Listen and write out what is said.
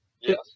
Yes